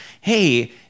hey